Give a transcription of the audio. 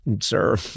Sir